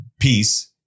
peace